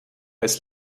als